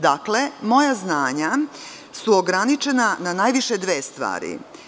Dakle, moja znanja su ograničena na najviše dve stvari.